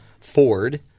Ford